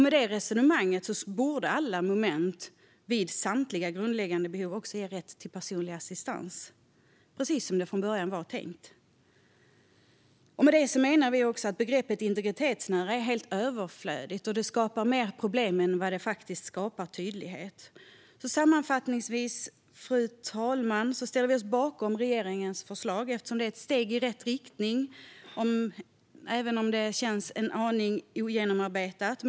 Med detta resonemang borde alla moment vid samtliga grundläggande behov också ge rätt till personlig assistans, precis som det från början var tänkt. I och med det menar vi också att begreppet integritetsnära är helt överflödigt och skapar mer problem än vad det skapar tydlighet. Sammanfattningsvis, fru talman, ställer vi oss bakom regeringens förslag. Det är ett steg i rätt riktning, även om det känns en aning ogenomarbetat.